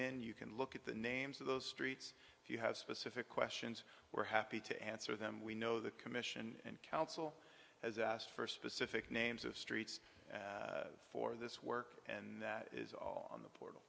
in you can look at the names of those streets if you have specific questions we're happy to answer them we know the commission and council has asked for a specific names of streets for this work and that is all on the p